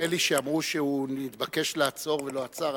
נדמה לי שאמרו שהוא נתבקש לעצור ולא עצר.